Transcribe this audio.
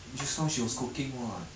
just now she was cooking [what]